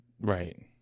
Right